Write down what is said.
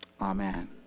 Amen